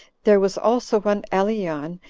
there was also one aleyon,